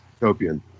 utopian